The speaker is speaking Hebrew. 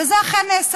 וזה אכן נעשה.